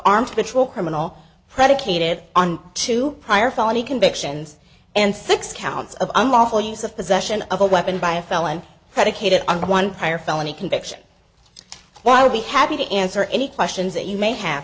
armed patrol criminal predicated on two prior felony convictions and six counts of unlawful use of possession of a weapon by a felon predicated on one prior felony conviction while be happy to answer any questions that you may have